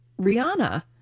rihanna